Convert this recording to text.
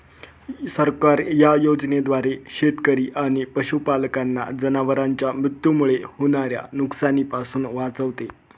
सरकार या योजनेद्वारे शेतकरी आणि पशुपालकांना जनावरांच्या मृत्यूमुळे होणाऱ्या नुकसानीपासून वाचवते